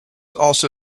also